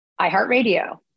iHeartRadio